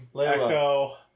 echo